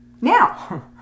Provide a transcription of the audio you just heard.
now